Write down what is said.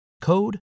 code